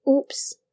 oops